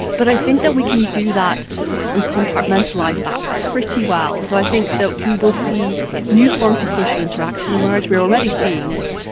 but i think that we can do that and compartmentalise that pretty well. so i think that we will see new forms of social interaction emerge, we are already seeing it,